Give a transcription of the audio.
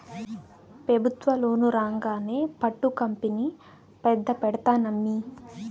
పెబుత్వ లోను రాంగానే పట్టు కంపెనీ పెద్ద పెడ్తానమ్మీ